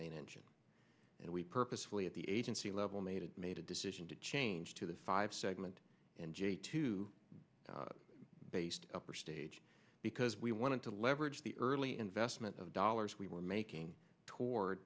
engines and we purposefully at the agency level made it made a decision to change to the five segment and j two based upper stage because we wanted to leverage the early investment of dollars we were making toward